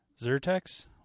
Zertex